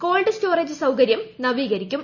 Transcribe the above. called storage സൌകര്യം നവീകരിക്കും